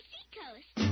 Seacoast